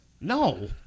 No